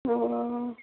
ଓହୋ